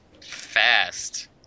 fast